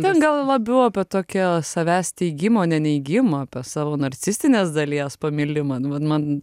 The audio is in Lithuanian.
ten gal labiau apie tokią savęs teigimo o ne neigimą apie savo narcisistinės dalies pamilimą nu vat man